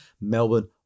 Melbourne